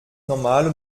normale